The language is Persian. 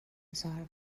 آزار